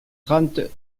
trente